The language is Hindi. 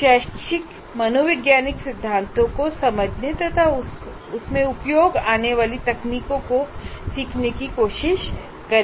शैक्षिक मनोविज्ञान सिद्धांतों को समझने तथा उसमें उपयोग आने वाली तकनीकों को सीखने की कोशिश करें